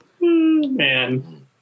Man